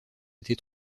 été